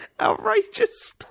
outrageous